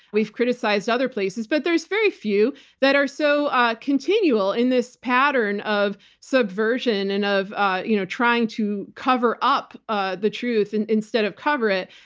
we've criticized other places, but there's very few that are so ah continual in this pattern of subversion and of ah you know trying to cover up ah the truth instead of cover it,